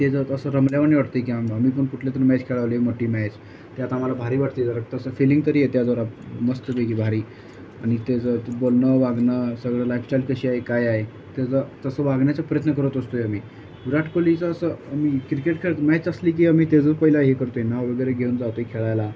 त्याचं असं रमल्यावानी वाटतं आहे की आमा आम्ही पण कुठले तर मॅच खेळवले मोठी मॅच त्यात आम्हाला भारी वाटते जरा तसं फीलिंग तरी येते आहे जरा मस्तपैकी भारी आणि त्याचं बोलणं वागणं सगळं लाईफस्टाईल कशी आहे काय आहे त्याचं तसं वागण्याचा प्रयत्न करत असतो आहे आम्ही विराट कोहलीचं असं मी क्रिकेट खेळत मॅच असली की आम्ही त्याचं पहिला हे करतो आहे नाव वगैरे घेऊन जातो आहे खेळायला